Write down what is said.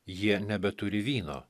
jie nebeturi vyno